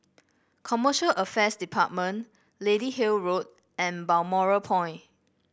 Commercial Affairs Department Lady Hill Road and Balmoral Point